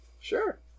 Sure